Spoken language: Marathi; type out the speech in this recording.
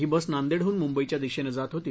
ही बस नांदेडहून मुंबईच्या दिशेनं जात होती